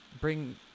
bring